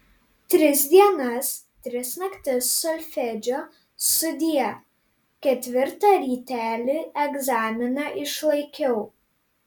tris dienas tris naktis solfedžio sudie ketvirtą rytelį egzaminą išlaikiau